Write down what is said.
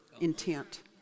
intent